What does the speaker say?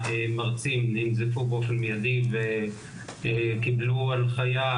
המרצים ננזפו באופן מידי וקיבלו הנחייה